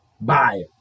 Buy